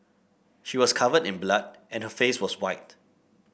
she was covered in blood and her face was white